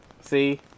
See